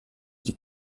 die